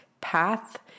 path